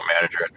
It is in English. manager